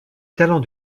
talent